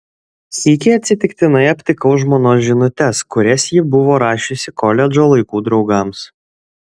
sykį atsitiktinai aptikau žmonos žinutes kurias ji buvo rašiusi koledžo laikų draugams